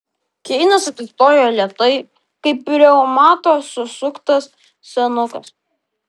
keinas atsistojo lėtai kaip reumato susuktas senukas